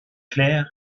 clairs